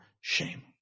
shame